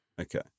Okay